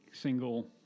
single